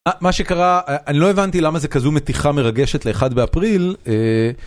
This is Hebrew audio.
מה שקרה, אני לא הבנתי למה זה כזו מתיחה מרגשת לאחד באפריל.